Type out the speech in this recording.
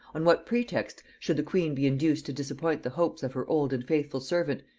on what pretext should the queen be induced to disappoint the hopes of her old and faithful servant,